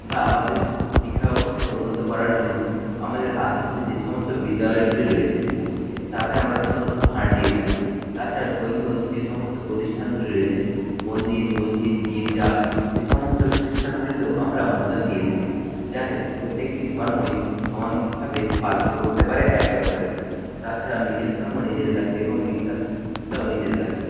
বা আমাদের শিক্ষাব্যবস্থাকে উন্নত করার জন্য আমাদের আশেপাশে যে সমস্ত বিদ্যালয়গুলি রয়েছে তাতে আমরা সাধারণত ফান্ড দিয়ে থাকি তাছাড়া ধর্মীয় যে সমস্ত প্রতিষ্ঠানগুলি রয়েছে মন্দির মসজিদ গির্জা সেসমস্ত প্রতিষ্ঠানগুলিতেও আমরা অনুদান দিয়ে থাকি যাতে প্রত্যেকটি ধর্মই সমানভাবে পালন করতে পারে একে অপরের তাছাড়া নিজের ধর্ম নিজের কাছে এবং বিশ্বাসটাও নিজের কাছে